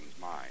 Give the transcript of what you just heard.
mind